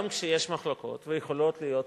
גם כשיש מחלוקות, ויכולות להיות מחלוקות,